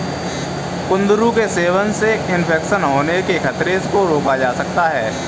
कुंदरू के सेवन से इन्फेक्शन होने के खतरे को रोका जा सकता है